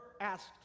asked